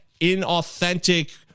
inauthentic